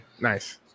nice